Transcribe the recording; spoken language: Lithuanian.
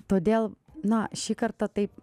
todėl na šį kartą taip